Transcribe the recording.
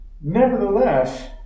Nevertheless